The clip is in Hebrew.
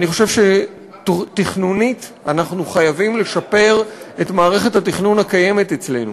אני חושב שתכנונית אנחנו חייבים לשפר את מערכת התכנון הקיימת אצלנו.